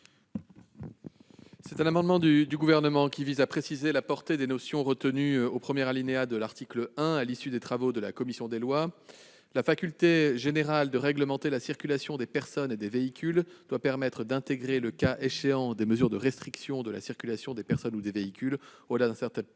Cet amendement du Gouvernement vise à préciser la portée des notions retenues au premier alinéa de l'article 1, dans sa rédaction issue des travaux de la commission des lois. La faculté générale de réglementer la circulation des personnes et des véhicules doit permettre d'intégrer, le cas échéant, des mesures de restriction de la circulation des personnes ou des véhicules au-delà d'un certain périmètre